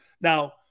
Now –